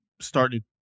started